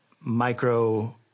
micro